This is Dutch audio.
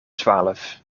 twaalf